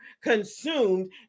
consumed